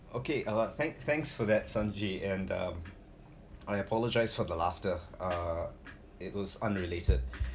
okay uh thanks thanks for that sonji and um I apologise for the laughter uh it was unrelated